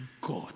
God